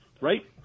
right